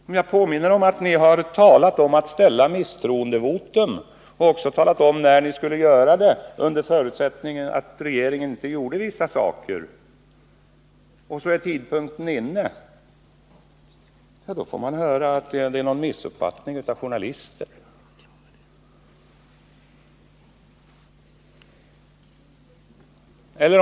När jag påminner er om att ni har talat om att ställa misstroendevotum mot regeringen, under förutsättning att denna inte har gjort vissa saker, och tidpunkten för detta nu är inne, får jag höra att det är fråga om en missuppfattning från journalisternas sida.